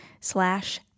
slash